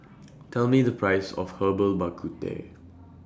Tell Me The priceS of Herbal Bak Ku Teh